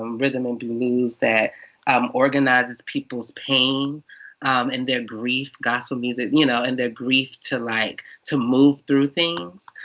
um rhythm and blues, that um organizes people's pain um and their grief, gospel music, you know and their grief, to like to move through things.